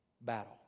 battle